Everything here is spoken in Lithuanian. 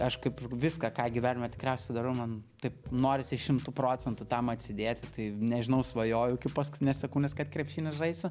aš kaip ir viską ką gyvenime tikriausiai darau man taip norisi šimtu procentų tam atsidėti tai nežinau svajojau iki paskutinės sekundės kad krepšinį žaisiu